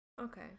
Okay